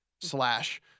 slash